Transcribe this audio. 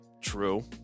True